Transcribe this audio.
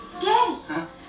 Daddy